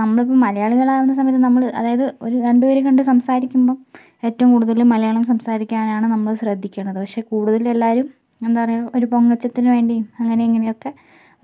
നമ്മളിപ്പം മലയാളികൾ ആവുന്ന സമയത്ത് നമ്മൾ അതായത് ഒരു രണ്ടു പേര് കണ്ടു സംസാരിക്കുമ്പം ഏറ്റവും കൂടുതൽ മലയാളം സംസാരിക്കാനാണ് നമ്മൾ ശ്രദ്ധിക്കണത് പക്ഷേ കൂടുതലും എല്ലാവരും എന്താ പറയുക ഒരു പൊങ്ങച്ചത്തിന് വേണ്ടിയും അങ്ങനെ ഇങ്ങനെയൊക്കെ